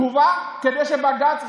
כדי שבג"ץ,